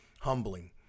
humbling